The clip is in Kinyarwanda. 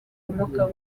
umwuka